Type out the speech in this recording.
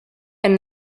and